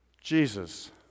Jesus